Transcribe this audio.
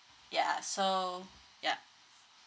ya so yup